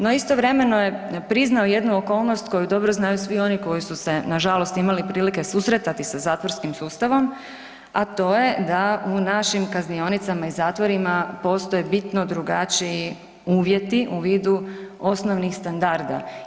No, istovremeno je priznao jednu okolnost koju dobro znaju svi oni koji su se nažalost imali prilike susretati sa zatvorskim sustavom, a to je da u našim kaznionicama i zatvorima postoje bitno drugačiji uvjeti u vidu osnovnih standarda.